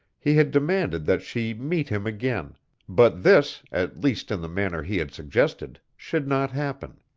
he had demanded that she meet him again but this at least in the manner he had suggested should not happen.